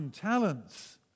talents